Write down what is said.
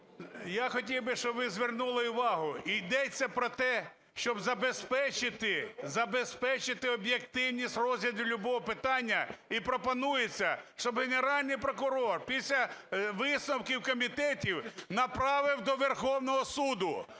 я хотів би, щоб ви звернули увагу. Йдеться про те, щоб забезпечити об'єктивність розгляду любого питання, і пропонується, щоб Генеральний прокурор після висновків комітетів направив до Верховного Суду.